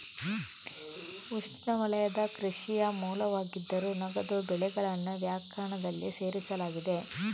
ಉಷ್ಣವಲಯದ ಕೃಷಿಯ ಮೂಲವಾಗಿದ್ದರೂ, ನಗದು ಬೆಳೆಗಳನ್ನು ವ್ಯಾಖ್ಯಾನದಲ್ಲಿ ಸೇರಿಸಲಾಗಿದೆ